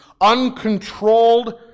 uncontrolled